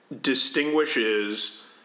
distinguishes